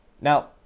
Now